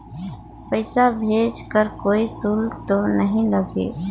पइसा भेज कर कोई शुल्क तो नी लगही?